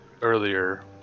earlier